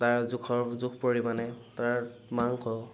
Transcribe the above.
তাৰ জোখৰ জোখ পৰিমাণে তাৰ মাংস